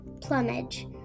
plumage